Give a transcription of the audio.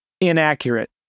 inaccurate